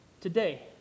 today